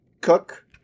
Cook